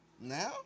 Now